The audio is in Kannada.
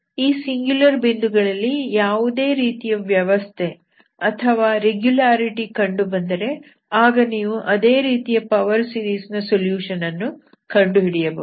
ಈ ಸಿಂಗುಲರ್ ಬಿಂದುಗಳಲ್ಲಿ ಯಾವುದೇ ರೀತಿಯ ವ್ಯವಸ್ಥೆ ಅಥವಾ ರೆಗ್ಯುಲಾರಿಟಿ ಕಂಡುಬಂದರೆ ಆಗ ನೀವು ಅದೇ ರೀತಿಯ ಪವರ್ ಸೀರೀಸ್ ನ ಸೊಲ್ಯೂಷನ್ ಅನ್ನು ಕಂಡುಹಿಡಿಯಬಹುದು